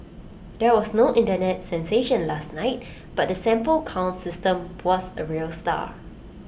there was no Internet sensation last night but the sample count system was A real star